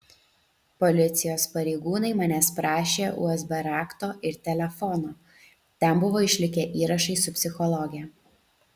policijos pareigūnai manęs prašė usb rakto ir telefono ten buvo išlikę įrašai su psichologe